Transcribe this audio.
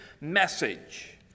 message